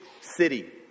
city